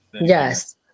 Yes